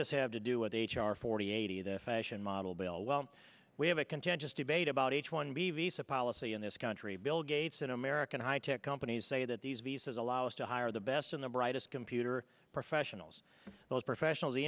this have to do with h r forty eight a fashion model bill well we have a contentious debate about h one b visa policy in this country bill gates in american high tech companies say that these visas allow us to hire the best and the brightest computer professionals those professionals the